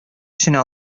эченә